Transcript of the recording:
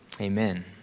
amen